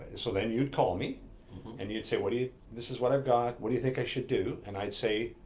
so then you'd call me and you'd say, what do you, this is what i've got, what do you think i should do? and i'd say,